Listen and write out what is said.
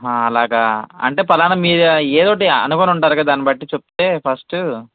అలాగా అంటే పలానా మీరు ఏదొకటి అనుకుని ఉంటారు కదా దాన్ని బట్టి చెప్తే ఫస్టు